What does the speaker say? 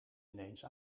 ineens